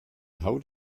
haut